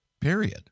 period